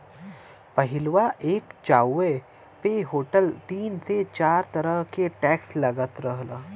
पहिलवा एक चाय्वो पे होटल तीन से चार तरह के टैक्स लगात रहल